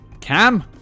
Cam